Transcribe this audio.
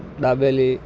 dabeli